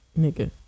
Nigga